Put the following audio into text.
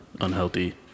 unhealthy